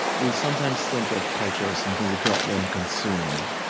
we sometimes think of culture as something we go out there and consume.